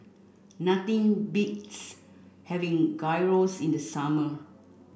nothing beats having Gyros in the summer